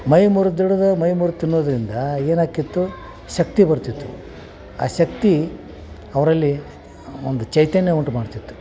ಮೈ ಮುರ್ದು ದುಡುದು ಮೈ ಮುರ್ದು ತಿನ್ನೋದರಿಂದ ಏನಾಗಿತ್ತು ಶಕ್ತಿ ಬರ್ತಿತ್ತು ಆ ಶಕ್ತಿ ಅವರಲ್ಲಿ ಒಂದು ಚೈತನ್ಯ ಉಂಟು ಮಾಡ್ತಿತ್ತು